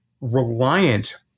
reliant